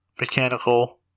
mechanical